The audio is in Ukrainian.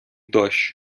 дощ